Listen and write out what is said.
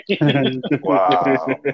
Wow